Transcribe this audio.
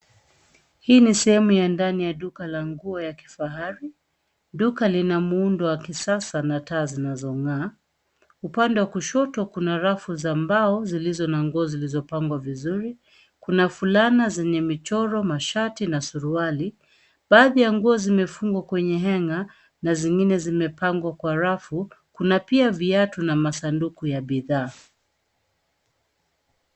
Hii ni sehemu ya ndani ya duka la nguo ya kifahari. Duka la muundo wa kisasa na taa zinazo ng'aa, upande wa kushoto kuna rafu za mbao zilizo na nguo zilizo pangwa vizuri. Kuna fulana zenye michoro, mashati na suruali. Baadhi ya nguo zimefungwa kwenye [hanger] na zingine zimepangwa kwa rafu. Kuna pia viatu na masanduku ya bidhaa.